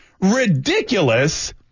ridiculous